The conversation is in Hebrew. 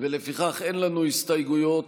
לפיכך אין לנו הסתייגויות,